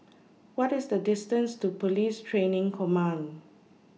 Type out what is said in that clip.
What IS The distance to Police Training Command